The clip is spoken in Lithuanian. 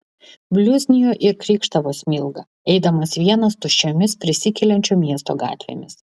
bliuznijo ir krykštavo smilga eidamas vienas tuščiomis prisikeliančio miesto gatvėmis